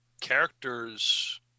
characters